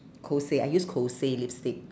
kose I use kose lipstick